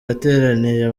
yateraniye